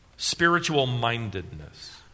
Spiritual-mindedness